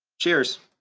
cheers.